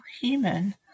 human